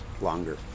longer